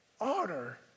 Honor